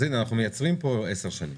אז הנה אנחנו מייצרים פה 10 שנים,